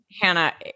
hannah